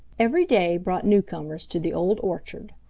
every day brought newcomers to the old orchard,